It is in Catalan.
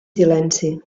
silenci